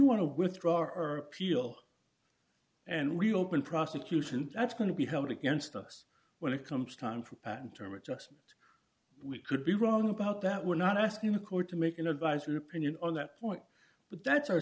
want to withdraw our peel and we open prosecution that's going to be held against us when it comes time for patent term adjustment we could be wrong about that we're not asking the court to make an advisory opinion on that point but that's our